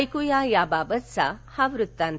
ऐकू या वाबतचा हा वृत्तांत